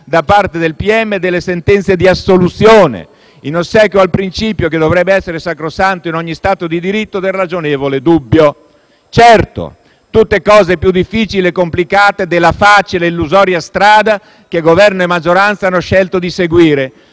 da parte del pm delle sentenze di assoluzione, in ossequio al principio, che dovrebbe essere sacrosanto in uno Stato di diritto, del ragionevole dubbio. Certo, sono tutte cose più difficili e complicate della facile e illusoria strada che Governo e maggioranza hanno scelto di seguire